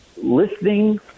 Listening